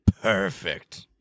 Perfect